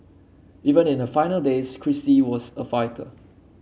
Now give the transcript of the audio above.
even in her final days Kristie was a fighter